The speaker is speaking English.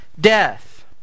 death